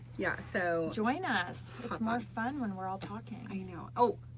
yeah, so. join us! it's more fun when we're all talking. i know, oh,